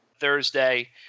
Thursday